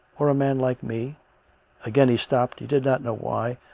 or a man like me again he stopped he did not know why.